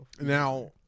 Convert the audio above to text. Now